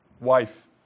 wife